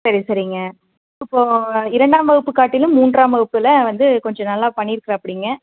சரி சரிங்க இப்போது இரண்டாம் வகுப்பு காட்டிலும் மூன்றாம் வகுப்பில் வந்து கொஞ்சம் நல்லா பண்ணிருக்கிறாப்பிடிங்க